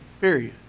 Period